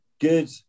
good